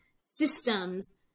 systems